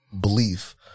belief